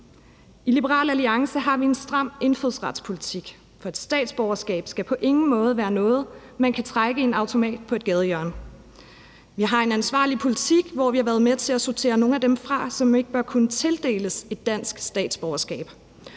I Liberal Alliance har vi en stram indfødsretspolitik, for et statsborgerskab skal på ingen måde være noget, man kan trække i en automat på et gadehjørne. Vi har en ansvarlig politik, hvor vi har været med til at sortere nogle af dem fra, som ikke bør kunne tildeles et dansk statsborgerskab,